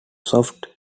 soft